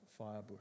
firebush